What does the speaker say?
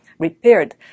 Repaired